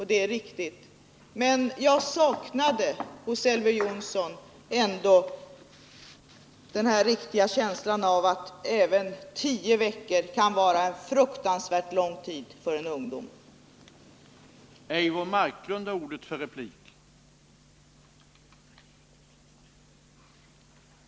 Det är riktigt, men jag saknade hos Elver Jonsson den riktiga känslan av att även tio veckor kan vara en fruktansvärt lång tid för en ung människa i sådana här sammanhang.